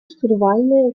штурвальное